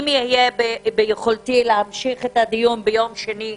אם יהיה ביכולתי להמשיך את הדיון ביום שני,